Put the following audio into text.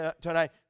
tonight